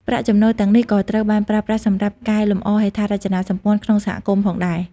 ប្រាក់ចំណូលទាំងនេះក៏ត្រូវបានប្រើប្រាស់សម្រាប់កែលម្អហេដ្ឋារចនាសម្ព័ន្ធក្នុងសហគមន៍ផងដែរ។